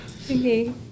Okay